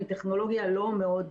עם טכנולוגיה לא מאוד